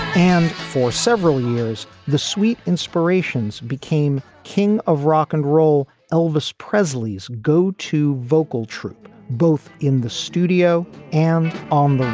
and for several years, the sweet inspirations became king of rock and roll elvis presley's go to vocal troupe both in the studio and on